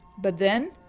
but then,